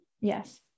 Yes